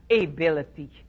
ability